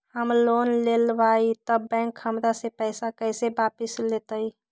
हम लोन लेलेबाई तब बैंक हमरा से पैसा कइसे वापिस लेतई?